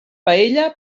paella